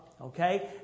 Okay